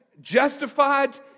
justified